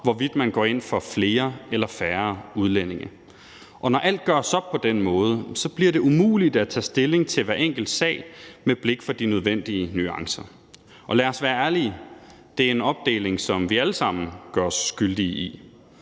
hvorvidt man går ind for flere eller færre udlændinge. Når alt gøres op på den måde, bliver det umuligt at tage stilling til hver enkelt sag med blik for de nødvendige nuancer. Og lad os være ærlige: Det er en opdeling, som vi allesammen gør os skyldige i.